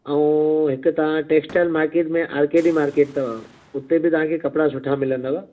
ऐं हिकु तव्हां टेक्स्टाइल मार्केट में आर के बि मार्केट अथव उते बि तव्हांखे कपिड़ा सुठा मिलंदव